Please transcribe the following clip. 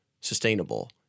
sustainable